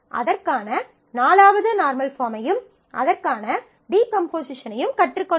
அதற்கான 4 வது நார்மல் பாஃர்ம்மையும் அதனுக்கான டீகம்போசிஷனையும் கற்றுக் கொண்டோம்